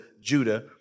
Judah